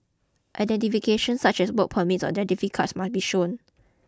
identification such as work permits or identity cards must be shown